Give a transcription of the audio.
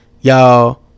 y'all